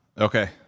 okay